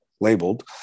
labeled